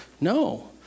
No